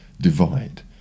divide